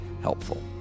helpful